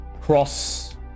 Cross